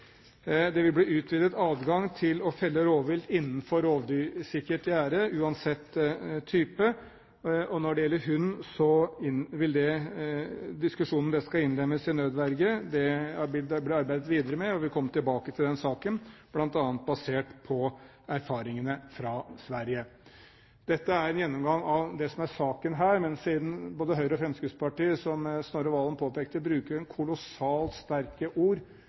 Det vil bli utvidet adgang til å felle rovvilt innenfor rovdyrsikkert gjerde, uansett type. Når det gjelder hund, vil det bli arbeidet videre med spørsmålet om den skal innlemmes i nødvergebestemmelsen. Vi vil komme tilbake til den saken, bl.a. basert på erfaringene fra Sverige. Dette er en gjennomgang av det som er saken her. Men siden både Høyre og Fremskrittspartiet, som Snorre Serigstad Valen påpekte, bruker kolossalt sterke ord